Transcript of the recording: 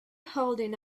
holding